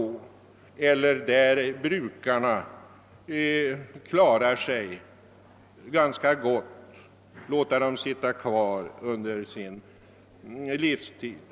Det finns fortfarande sådana där brukarna klarar sig ganska gott och där de åtminstone borde få sitta kvar under sin livstid.